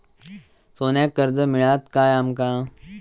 सोन्याक कर्ज मिळात काय आमका?